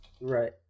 right